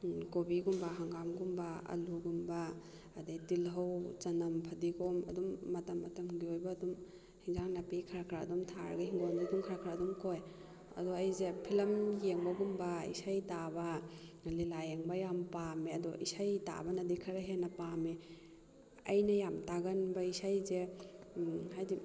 ꯀꯣꯕꯤꯒꯨꯝꯕ ꯍꯪꯒꯥꯝꯒꯨꯝꯕ ꯑꯜꯂꯨꯒꯨꯝꯕ ꯑꯗꯨꯗꯩ ꯇꯤꯜꯍꯧ ꯆꯅꯝ ꯐꯗꯤꯒꯣꯝ ꯑꯗꯨꯝ ꯃꯇꯝ ꯃꯇꯝꯒꯤ ꯑꯣꯏꯕ ꯑꯗꯨꯝ ꯌꯦꯟꯁꯥꯡ ꯅꯥꯄꯤ ꯈꯔ ꯈꯔ ꯑꯗꯨꯝ ꯊꯥꯔꯒ ꯍꯤꯡꯒꯣꯜꯁꯤ ꯑꯗꯨꯝ ꯈꯔ ꯈꯔ ꯑꯗꯨꯝ ꯀꯣꯏ ꯑꯗꯣ ꯑꯩꯁꯦ ꯐꯤꯂꯝ ꯌꯦꯡꯕꯒꯨꯝꯕ ꯏꯁꯩ ꯇꯥꯕ ꯂꯤꯂꯥ ꯌꯦꯡꯕ ꯌꯥꯝ ꯄꯥꯝꯃꯦ ꯑꯗꯣ ꯏꯁꯩ ꯇꯥꯕꯅꯗꯤ ꯈꯔ ꯍꯦꯟꯅ ꯄꯥꯝꯃꯦ ꯑꯩꯅ ꯌꯥꯝ ꯇꯥꯒꯟꯕ ꯏꯁꯩꯁꯦ ꯍꯥꯏꯕꯗꯤ